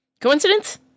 coincidence